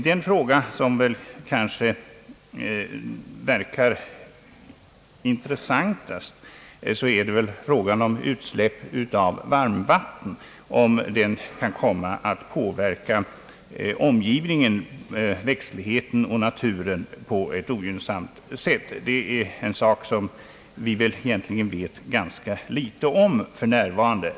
Den fråga som väl verkar intressantast är om utsläpp av varmvatten kan komma att påverka omgivningen, växtligheten och naturen på ett ogynnsamt sätt. Detta vet vi för närvarande mycket litet om.